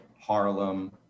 Harlem